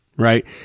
right